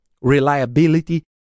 reliability